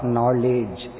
Knowledge